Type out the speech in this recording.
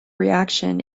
reaction